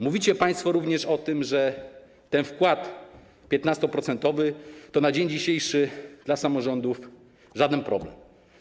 Mówicie państwo również, że wkład 15-procentowy to na dzień dzisiejszy dla samorządów żaden problem.